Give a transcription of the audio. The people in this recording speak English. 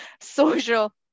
social